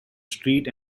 street